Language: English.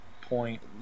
point